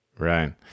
Right